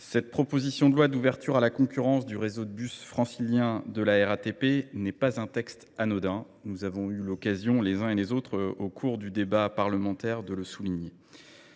cette proposition de loi d’ouverture à la concurrence du réseau de bus francilien de la RATP n’est pas un texte anodin ; nous avons eu les uns et les autres, au cours du débat parlementaire, l’occasion de le souligner.